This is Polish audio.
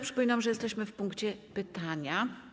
Przypominam, że jesteśmy w punkcie: pytania.